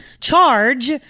charge